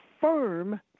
firm